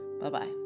Bye-bye